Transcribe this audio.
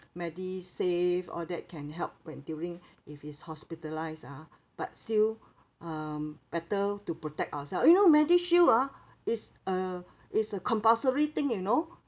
MediSave all that can help when during if it's hospitalised ah but still um better to protect ourselves you know MediShield ah is a is a compulsory thing you know